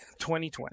2020